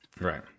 Right